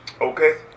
Okay